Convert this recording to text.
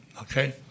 Okay